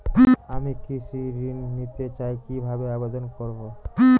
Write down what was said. আমি কৃষি ঋণ নিতে চাই কি ভাবে আবেদন করব?